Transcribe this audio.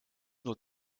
nur